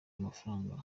amafaranga